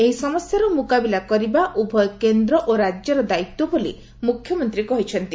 ଏହି ସମସ୍ୟାର ମୁକାବିଲା କରିବା ଉଭୟ କେନ୍ଦ୍ର ଓ ରାକ୍ୟର ଦାୟିତ୍ୱ ବୋଲି ମୁଖ୍ୟମନ୍ତୀ କହିଛନ୍ତି